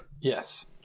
Yes